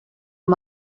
amb